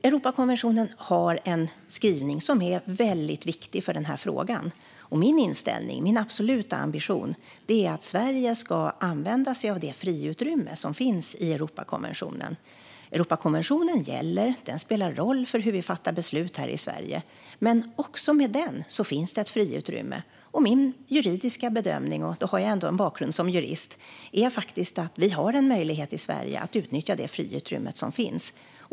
Europakonventionen har en skrivning som är väldigt viktig för den här frågan, och min inställning - min absoluta ambition - är att Sverige ska använda sig av det friutrymme som finns i Europakonventionen. Europakonventionen gäller och spelar roll för hur vi fattar beslut här i Sverige, men även med den finns det ett friutrymme. Min juridiska bedömning - jag har ju ändå en bakgrund som jurist - är att vi har en möjlighet i Sverige att utnyttja det friutrymme som finns.